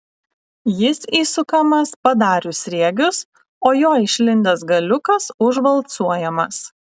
jis įsukamas padarius sriegius o jo išlindęs galiukas užvalcuojamas